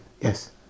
Yes